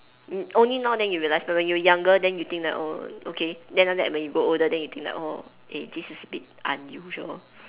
um only now then you realise but when you were younger then you think that oh okay then after that when you grow older then you think like oh eh this is a bit unusual